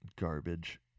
Garbage